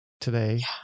today